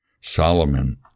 Solomon